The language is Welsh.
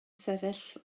sefyll